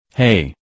Hey